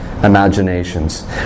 imaginations